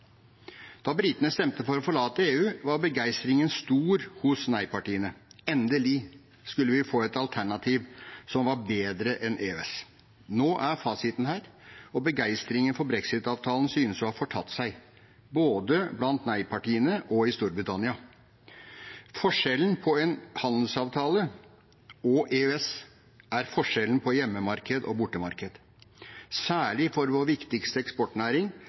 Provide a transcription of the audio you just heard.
Da britene stemte for å forlate EU, var begeistringen stor hos nei-partiene. Endelig skulle vi få et alternativ som var bedre enn EØS. Nå er fasiten her, og begeistringen for brexit-avtalen synes å ha fortatt seg, både blant nei-partiene og i Storbritannia. Forskjellen på en handelsavtale og EØS er forskjellen på hjemmemarked og bortemarked, særlig for vår viktigste eksportnæring